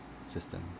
system